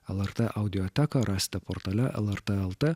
lrt audioteką rasite portale lrtlt